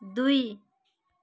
दुई